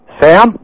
Sam